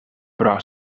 però